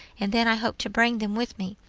and then i hope to bring them with me.